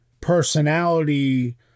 personality